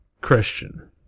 Christian